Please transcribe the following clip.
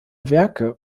werke